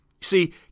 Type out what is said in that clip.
See